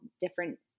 different